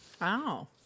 Wow